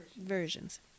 versions